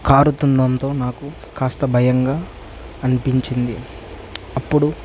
కారుతుండడంతో నాకు కాస్త భయంగా అనిపించింది అప్పుడు